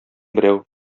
берәү